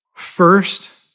First